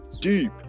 deep